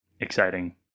exciting